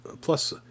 plus